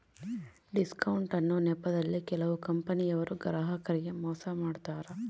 discount ಅನ್ನೊ ನೆಪದಲ್ಲಿ ಕೆಲವು ಕಂಪನಿಯವರು ಗ್ರಾಹಕರಿಗೆ ಮೋಸ ಮಾಡತಾರೆ